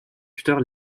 tuteur